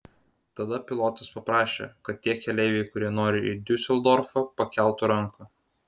tada pilotas paprašė kad tie keleiviai kurie nori į diuseldorfą pakeltų ranką